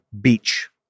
Beach